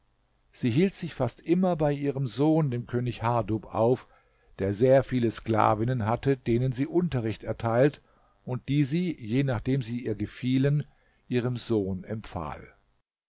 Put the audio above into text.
sie hielt sich fast immer bei ihrem sohn dem könig hardub auf der sehr viele sklavinnen hatte denen sie unterricht erteilt und die sie je nachdem sie ihr gefielen ihrem sohn empfahl